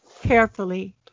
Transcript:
carefully